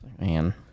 Man